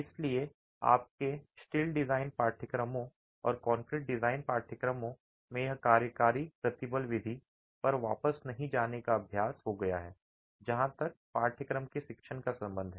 इसलिए आपके steel design पाठ्यक्रमों और कंक्रीट डिजाइन पाठ्यक्रमों में यह कार्यकारी प्रतिबल विधि पर वापस नहीं जाने का अभ्यास हो गया है जहां तक पाठ्यक्रम के शिक्षण का संबंध है